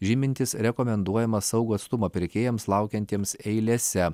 žymintys rekomenduojamą saugų atstumą pirkėjams laukiantiems eilėse